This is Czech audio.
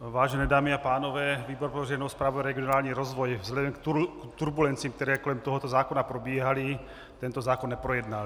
Vážené dámy a pánové, výbor pro veřejnou správu a regionální rozvoj vzhledem k turbulencím, které kolem tohoto zákona probíhaly, tento zákon neprojednal.